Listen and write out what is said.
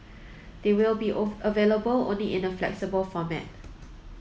they will be available only in a flexible format